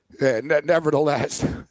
Nevertheless